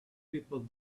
people